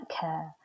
care